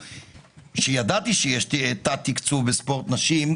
שידעתי שיש תת-תקצוב בספורט נשים,